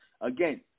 Again